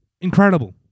Incredible